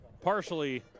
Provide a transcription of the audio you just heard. partially